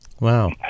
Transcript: Wow